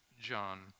John